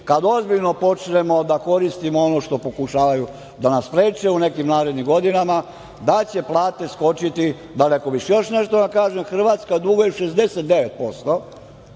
kad ozbiljno počnemo da koristimo ono što pokušavaju da nas spreče u nekim narednim godinama, da će plate skočiti daleko više. Još nešto da vam kažem. Hrvatska duguje 69%,